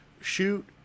shoot